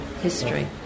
history